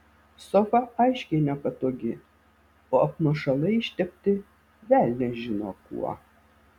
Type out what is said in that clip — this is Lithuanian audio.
sofa aiškiai nepatogi o apmušalai ištepti velnias žino kuo